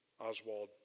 Oswald